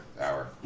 Hour